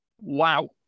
wow